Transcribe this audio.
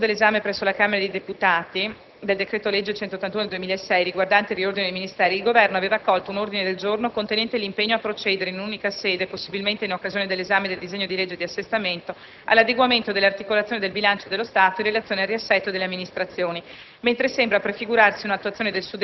Al riguardo si ricorda che, nel corso dell'esame presso la Camera dei deputati del decreto-legge n. 181 del 2006, riguardante il riordino dei Ministeri, il Governo aveva accolto un ordine del giorno contenente l'impegno a procedere in un'unica sede, possibilmente in occasione dell'esame del disegno di legge di assestamento, all'adeguamento dell'articolazione del bilancio dello Stato in relazione al riassetto delle amministrazioni,